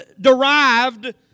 derived